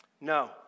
No